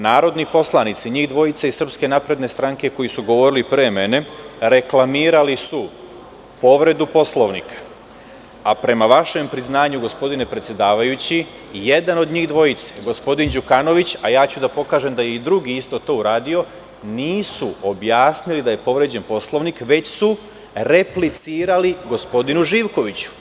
Narodni poslanici, njih dvojica iz SNS koji su govorili pre mene, reklamirali su povredu Poslovnika, a prema vašem priznanju, gospodine predsedavajući, jedan od njih dvojice, gospodin Đukanović, a ja ću da pokažem da je i drugi isto to uradio, nisu objasnili da je povređen Poslovnik, već su replicirali gospodinu Živkoviću.